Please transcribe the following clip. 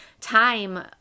time